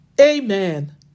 amen